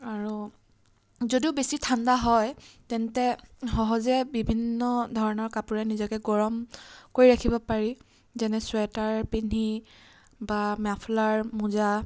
আৰু যদিও বেছি ঠাণ্ডা হয় তেন্তে সহজে বিভিন্ন ধৰণৰ কাপোৰে নিজকে গৰম কৰি ৰাখিব পাৰি যেনে ছুৱেটাৰ পিন্ধি বা মাফলাৰ মোজা